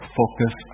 focus